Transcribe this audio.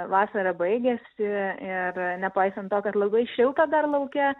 vasara baigiasi ir nepaisant to kad labai šilta dar lauke